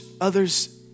Others